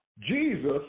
jesus